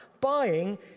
buying